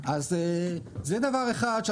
זה אוטוטו.